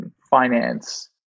finance